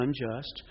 unjust